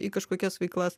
į kažkokias veiklas